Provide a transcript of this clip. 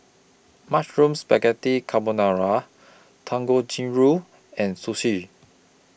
Mushroom Spaghetti Carbonara Dangojiru and Sushi